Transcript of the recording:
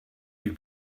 you